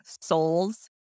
souls